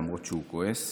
למרות שהוא כועס.